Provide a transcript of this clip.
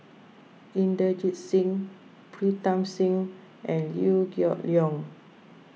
Inderjit Singh Pritam Singh and Liew Geok Leong